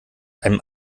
einem